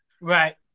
Right